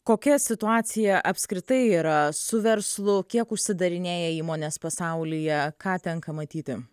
kokia situacija apskritai yra su verslu kiek užsidarinėja įmonės pasaulyje ką tenka matyti